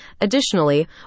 Additionally